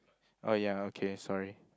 oh ya okay sorry